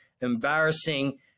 embarrassing